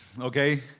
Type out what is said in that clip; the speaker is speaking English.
okay